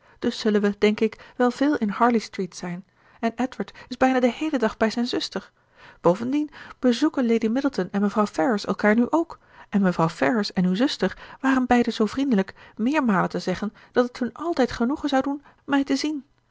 dus zullen we denk ik wel veel in harley street zijn en edward is bijna den heelen dag bij zijn zuster bovendien bezoeken lady middleton en mevrouw ferrars elkaar nu ook en mevrouw ferrars en uw zuster waren beiden zoo vriendelijk meermalen te zeggen dat het hun altijd genoegen zou doen mij te zien